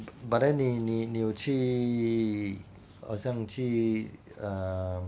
but then 你你你你有去好像去 uh